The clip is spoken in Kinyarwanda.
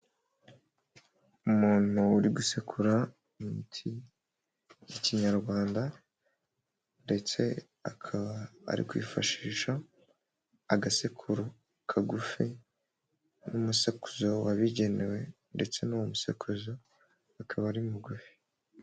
Umuntu uri gusekura imiti ya kinyarwanda ndetse akaba ari kwifashisha agasekuru kagufi n'umusekuzo wabigenewe ndetse n'uwo musekuzo akaba ari mugufi.